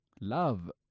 love